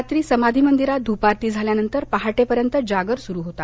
रात्री समाधी मंदिरात धूपारती झाल्यानंतर पहाटेपर्यंत जागर सुरु होता